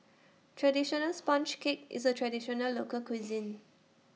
Traditional Sponge Cake IS A Traditional Local Cuisine